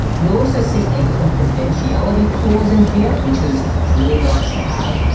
you'll also see a confidentiality clause in here which is really nice to have.